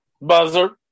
Buzzer